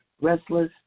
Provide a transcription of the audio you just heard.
restless